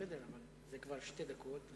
זה כבר שתי דקות.